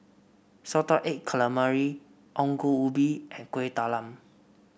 Salted Egg Calamari Ongol Ubi and Kueh Talam